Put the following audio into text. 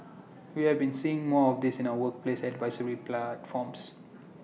we have been seeing more of this in our workplace advisory platforms